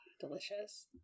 Delicious